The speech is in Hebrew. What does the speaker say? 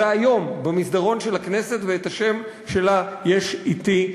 זה היום, במסדרון של הכנסת, והשם שלה שמור